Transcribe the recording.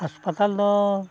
ᱦᱟᱥᱯᱟᱛᱟᱞ ᱫᱚ